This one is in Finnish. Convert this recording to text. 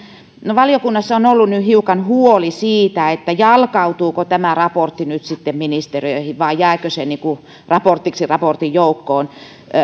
valiokunnassa on ollut hiukan huoli siitä jalkautuuko tämä raportti nyt sitten ministeriöihin vai jääkö se raportiksi raporttien joukkoon